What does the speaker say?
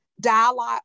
dialogue